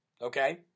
Okay